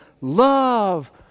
love